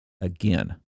again